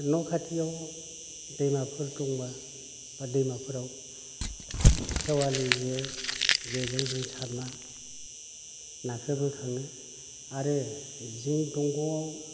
न' खाथियाव दैमाफोर दंबा बा दैमाफोराव खेवालि जे जेजों जों सारना नाखौ बोखाङो आरो जिं दंग'वाव